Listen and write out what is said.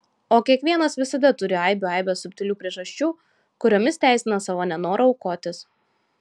o kiekvienas visada turi aibių aibes subtilių priežasčių kuriomis teisina savo nenorą aukotis